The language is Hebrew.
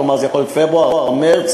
כלומר, זה יכול להיות פברואר, מרס.